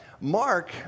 Mark